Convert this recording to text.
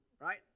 Right